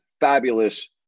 fabulous